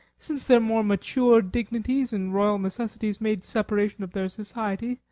since their more mature dignities and royal necessities made separation of their society,